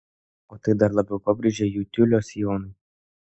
o tai dar labiau pabrėžia jų tiulio sijonai